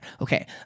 Okay